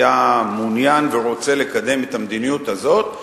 היה מעוניין ורוצה לקדם את המדיניות הזאת,